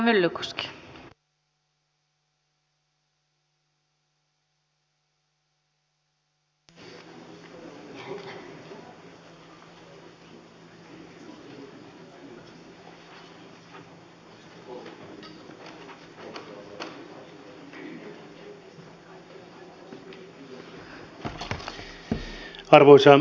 arvoisa rouva puhemies